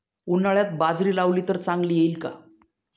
उन्हाळ्यात बाजरी लावली तर चांगली येईल का?